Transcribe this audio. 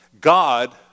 God